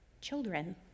children